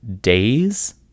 days